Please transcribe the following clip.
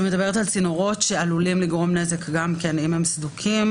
שמדברת על צינורות שעלולים לגרום נזק אם הם סדוקים,